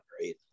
right